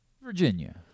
Virginia